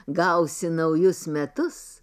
gausi naujus metus